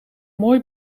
mooi